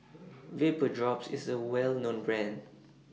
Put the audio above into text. Vapodrops IS A Well known Brand